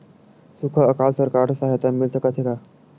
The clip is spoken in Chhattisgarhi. सुखा अकाल सरकार से सहायता मिल सकथे का?